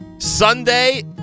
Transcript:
Sunday